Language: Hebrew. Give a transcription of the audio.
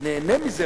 נהנה מזה.